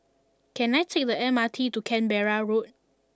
can i take the M R T to Canberra Road